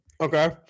okay